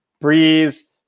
Breeze